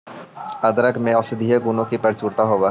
अदरक में औषधीय गुणों की प्रचुरता होवअ हई